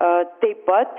aaa taip pat